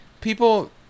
People